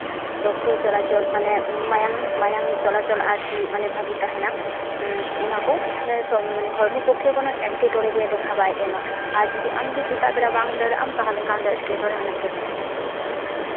ᱨᱚᱠᱛᱚ ᱪᱚᱞᱟᱪᱚᱞ ᱢᱟᱱᱮ ᱢᱟᱭᱟᱢ ᱢᱟᱭᱟᱢ ᱪᱚᱞᱟᱪᱚᱞ ᱟᱨᱠᱤ ᱢᱟᱱᱮ ᱵᱷᱟᱹᱜᱤ ᱛᱟᱦᱮᱱᱟ ᱚᱱᱟ ᱠᱚ ᱢᱟᱱᱮ ᱥᱚᱢ ᱢᱟᱱᱮ ᱦᱚᱲᱢᱚ ᱯᱚᱠᱠᱷᱮ ᱠᱳᱱᱳ ᱮᱴᱠᱮᱴᱚᱬᱮ ᱜᱮ ᱫᱮᱠᱷᱟᱣ ᱵᱟᱭ ᱮᱢᱟ ᱟᱨ ᱡᱩᱫᱤ ᱟᱢ ᱡᱩᱫᱤ ᱥᱮᱛᱟᱜ ᱵᱮᱲᱟ ᱵᱟᱝ ᱫᱟᱹᱲᱟᱜᱼᱟᱢ ᱛᱟᱞᱦᱮ ᱠᱷᱟᱱ ᱫᱚ ᱮᱴᱠᱮᱴᱚᱬᱮ ᱚᱱᱮᱠ ᱫᱮᱠᱷᱟᱣᱮᱭ ᱮᱢᱟ